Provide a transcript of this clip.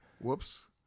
Whoops